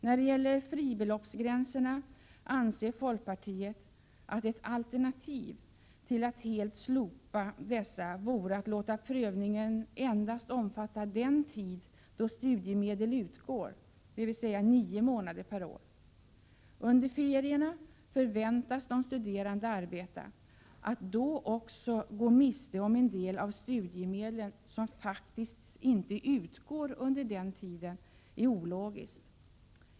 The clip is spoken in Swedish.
När det gäller fribeloppsgränserna anser folkpartiet, att ett alternativ till att helt slopa dessa vore att låta prövningen endast omfatta den tid då studiemedel utgår, dvs. nio månader per år. Under ferierna förväntas de studerande arbeta, att då också gå miste om en del av studiemedlen som faktiskt ej utgår under denna tid är ologiskt.